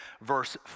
verse